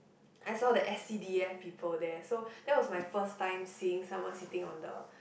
I saw the s_c_d_f people there so that was my first time seeing someone sitting on the